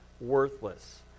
worthless